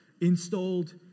installed